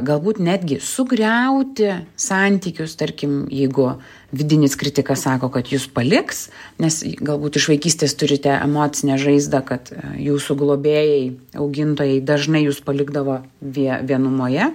galbūt netgi sugriauti santykius tarkim jeigu vidinis kritikas sako kad jus paliks nes j galbūt iš vaikystės turite emocinę žaizdą kad jūsų globėjai augintojai dažnai jus palikdavo vie vienumoje